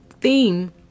theme